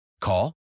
Call